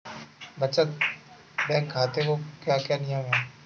बचत बैंक खाते के क्या क्या नियम हैं?